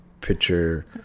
picture